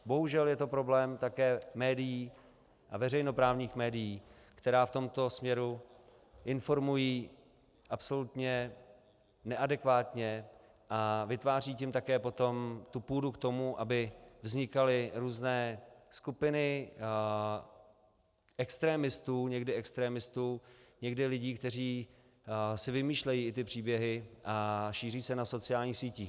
Bohužel je to problém také médií, a veřejnoprávních médií, která v tomto směru informují absolutně neadekvátně a vytvářejí tím pádem také potom půdu k tomu, aby vznikaly různé skupiny extremistů někdy extremistů, někdy lidí, kteří si vymýšlejí i ty příběhy a šíří je na sociálních sítích.